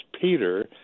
Peter